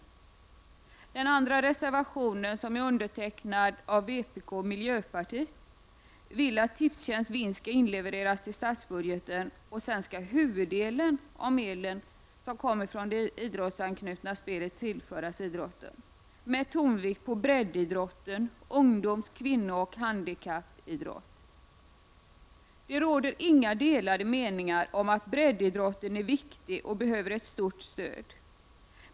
I den andra reservationen, från vpk och miljöpartiet, yrkas att Tipstjänsts vinst skall inlevereras till statsbudgeten, och sedan skall huvuddelen av de medel som kommer från det idrottsanknutna spelen tillföras idrotten med tonvikt på breddidrotten, dvs. ungdoms-, kvinnooch handikappidrotten. Det råder inga delade meningar om att breddidrotten är viktig och behöver ett stort stöd.